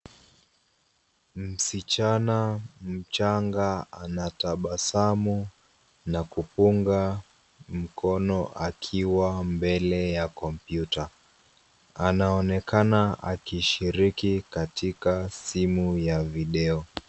Msichana mchanga anatabasamu na kupunga mikono akiwa mbele ya kompyuta. Anaonekana akishiriki katika simu ya video.